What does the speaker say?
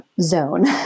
zone